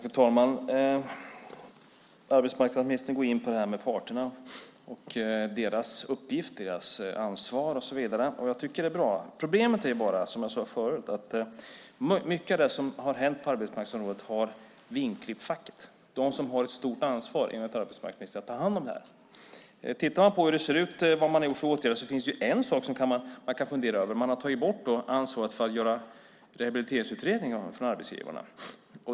Fru talman! Arbetsmarknadsministern går in på frågan om parterna, deras uppgift och ansvar. Jag tycker att det är bra. Problemet är, som jag sade förut, att mycket av det som har hänt på arbetsmarknadsområdet har vingklippt facket - de som enligt arbetsmarknadsministern har ett stort ansvar att ta hand om detta. Om man tittar på vilka åtgärder man har vidtagit finns det en sak som man kan fundera över. Man har tagit bort ansvaret för arbetsgivarna att göra rehabiliteringsutredningar.